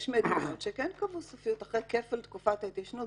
יש מדינות שכן קבעו סופיות אחרי כפל תקופת ההתיישנות,